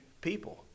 people